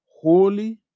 Holy